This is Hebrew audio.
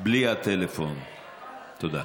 בלי הטלפון, תודה.